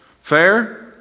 Fair